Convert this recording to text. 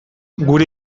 gure